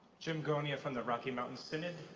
jim gonya from the rocky mountain synod.